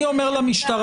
אני אומר למשטרה